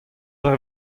dre